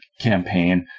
campaign